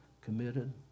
committed